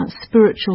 spiritual